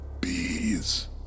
bees